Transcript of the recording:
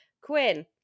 Quinn